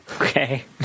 Okay